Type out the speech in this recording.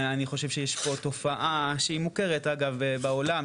אני חושב שיש פה תופעה שהיא מוכרת אגב בעולם,